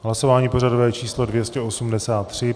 Hlasování pořadové číslo 283.